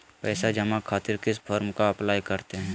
पैसा जमा खातिर किस फॉर्म का अप्लाई करते हैं?